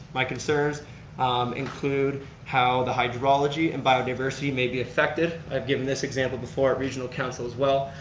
my concerns include how the hydrology and biodiversity may be affected. i've given this example before at regional council as well.